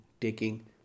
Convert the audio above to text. taking